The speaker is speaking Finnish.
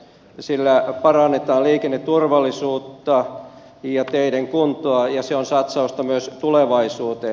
sillä parannetaan liikenneturvallisuutta ja teiden kuntoa ja se on satsausta myös tulevaisuuteen